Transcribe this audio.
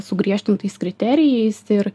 sugriežtintais kriterijais ir